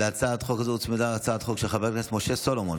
להצעת החוק הזו הוצמדה הצעת חוק של חבר הכנסת משה סולומון,